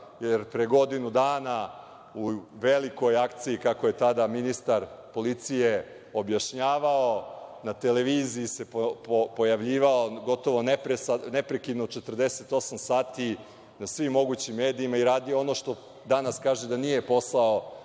jer pre godinu dana u velikoj akciji, kako je tada ministar policije objašnjavao, na televiziji se pojavljivao gotovo neprekidno 48 sati na svim mogućim medijima, i radio ono što danas kaže da nije posao